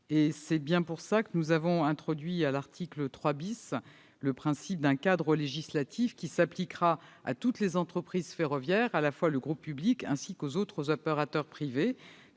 C'est bien pour cela que nous avons introduit à l'article 3 le principe d'un cadre législatif qui s'appliquera à toutes les entreprises ferroviaires, aussi bien au groupe public qu'aux autres opérateurs privés.